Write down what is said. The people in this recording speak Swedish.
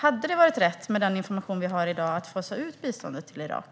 Hade det varit rätt, med den information vi har i dag, att fasa ut biståndet till Irak?